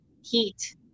heat